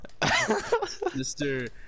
Mr